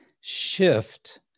shift